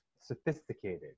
sophisticated